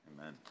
Amen